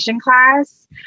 class